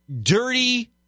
dirty